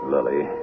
Lily